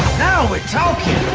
now we're talking!